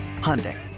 Hyundai